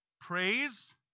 Praise